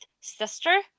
Sister